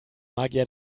magier